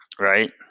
right